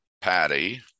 patty